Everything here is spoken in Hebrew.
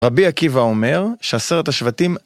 רבי עקיבא אומר שעשרת השבטים